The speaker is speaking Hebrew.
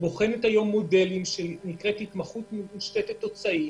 בוחנת היום מודל ששמו "התמחות מושתתת תוצאים"